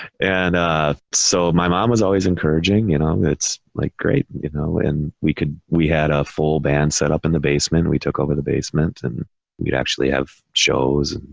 and ah, so my mom was always encouraging, you know, it's like great, you know, and we could, we had a full band set up in the basement and we took over the basement and we'd actually have shows,